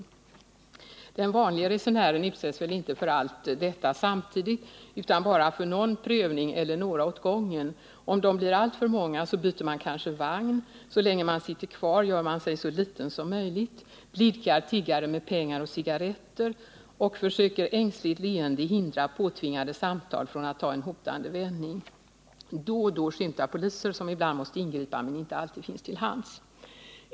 Den vanlige resenären utsätts väl inte för allt detta samtidigt utan bara för någon prövning eller några åt gången. Om de blir alltför många, byter man kanske vagn. Så länge man sitter kvar, gör man sig så liten som möjligt, blidkar tiggare med pengar och cigaretter och försöker ängsligt leende hindra påtvingade samtal från att ta en hotande vändning. Då och då skymtar poliser, som ibland måste ingripa men inte alltid finns till hands.